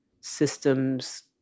systems